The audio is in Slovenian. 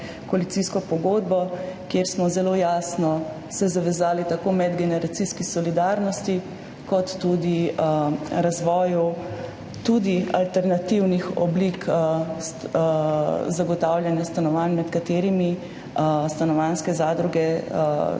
koalicijsko pogodbo, kjer smo se zelo jasno zavezali tako medgeneracijski solidarnosti kot tudi razvoju alternativnih oblik zagotavljanja stanovanj, med katerimi stanovanjske zadruge